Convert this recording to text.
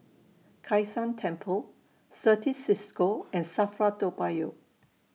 Kai San Temple Certis CISCO and SAFRA Toa Payoh